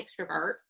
extrovert